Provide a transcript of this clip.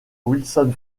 wilson